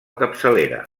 capçalera